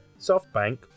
SoftBank